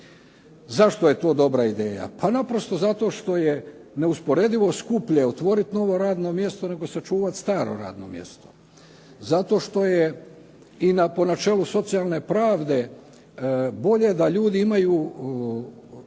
Zašto je to dobra ideja? Pa naprosto zato što je neusporedivo skuplje otvoriti novo radno mjesto, nego sačuvati staro radno mjesto. Zato što je i po načelu socijalne pravde, bolje da ljudi imaju